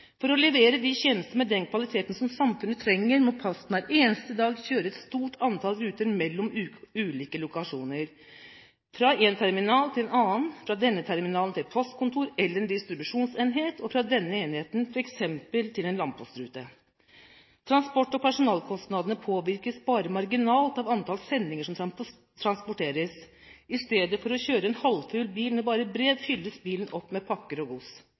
For å levere de tjenestene med den kvaliteten som samfunnet trenger, må Posten hver eneste dag kjøre et stort antall ruter mellom ulike lokasjoner: fra én terminal til en annen, fra denne terminalen til et postkontor eller en distribusjonsenhet og fra denne enheten f.eks. til en landpostrute. Transport- og personalkostnadene påvirkes bare marginalt av antall sendinger som transporteres. I stedet for å kjøre en halvfull bil med bare brev fyller man bilen opp med pakker og gods.